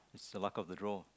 it's a luck of the draw